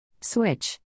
Switch